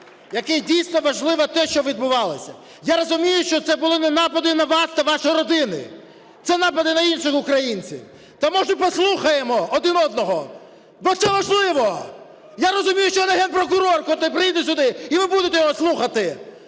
якій, дійсно, важливо те, що відбувалося! Я розумію, що це було не напади на вас та ваші родини! Це напади на інших українців! То, може, послухаємо один одного, бо це важливо! Я розумію, що я не Генпрокурор, котрий прийде сюди і ви будете його слухати!